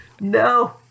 No